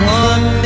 one